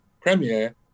premiere